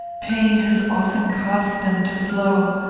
pain has often caused them to flow,